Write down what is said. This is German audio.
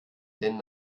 denn